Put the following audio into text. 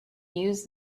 use